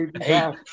Hey